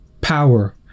power